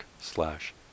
slash